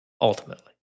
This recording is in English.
ultimately